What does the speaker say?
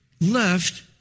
left